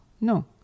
No